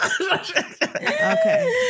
Okay